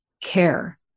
care